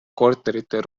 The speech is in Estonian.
korterite